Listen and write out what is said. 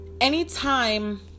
anytime